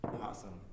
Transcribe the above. Awesome